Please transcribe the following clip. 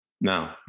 No